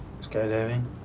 Skydiving